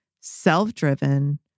self-driven